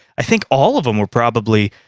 i think all of them were probably